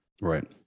Right